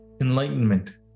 enlightenment